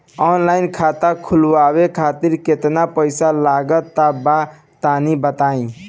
Online खाता खूलवावे खातिर केतना पईसा लागत बा तनि बताईं?